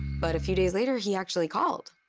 but a few days later, he actually called.